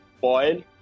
boil